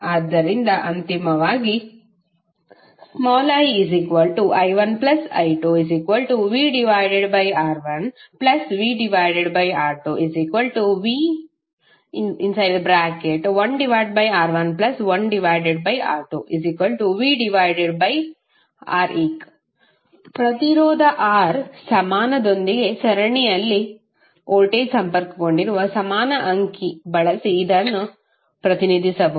ಆದ್ದರಿಂದ ಅಂತಿಮವಾಗಿ ii1i2vR1vR2v1R11R2vReq ಪ್ರತಿರೋಧ R ಸಮಾನದೊಂದಿಗೆ ಸರಣಿಯಲ್ಲಿ ವೋಲ್ಟೇಜ್ ಸಂಪರ್ಕಗೊಂಡಿರುವ ಸಮಾನ ಅಂಕಿ ಬಳಸಿ ಇದನ್ನು ಪ್ರತಿನಿಧಿಸಬಹುದು